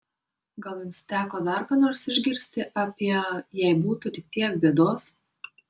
gal jums teko dar ką nors išgirsti apie jei būtų tik tiek bėdos